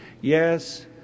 Yes